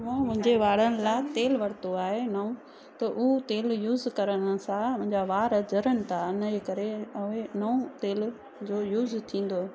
मूं मुंहिंजे वारनि लाइ तेल वरितो आहे नओ त उहो तेल यूज़ करण सां मुंहिजा वार झड़नि था इन जे करे नओ तेल जो यूज़ थींदो